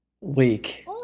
week